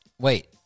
wait